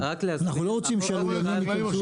אנחנו לא רוצים שהם ייכנסו.